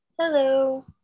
Hello